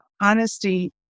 honesty